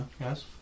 Yes